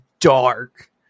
dark